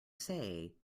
say